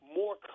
more